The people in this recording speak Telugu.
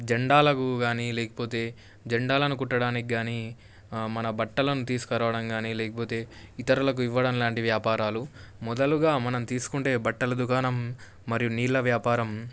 జెండాలకు కానీ లేకపోతే జెండాలను కుట్టడానికి కానీ మన బట్టలను తీసుకురావడం కానీ లేకపోతే ఇతరులకు ఇవ్వడం లాంటి వ్యాపారాలు మొదలుగా మనం తీసుకుంటే బట్టల దుకాణం మరియు నీళ్ళ వ్యాపారం